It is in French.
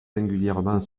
singulièrement